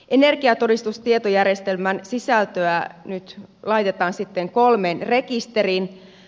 energiatodistustietojärjestelmän sisältöä nyt laitetaan kolmeen rekisteriin